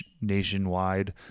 nationwide